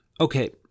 Okay